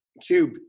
Cube